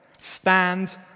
Stand